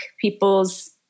people's